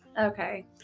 Okay